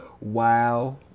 Wow